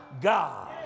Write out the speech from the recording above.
God